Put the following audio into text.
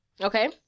okay